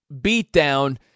beatdown